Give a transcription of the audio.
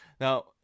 now